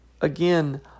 again